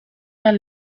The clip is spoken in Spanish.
las